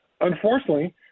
Unfortunately